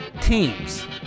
Teams